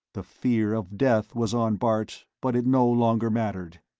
the fear of death was on bart, but it no longer mattered.